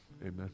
amen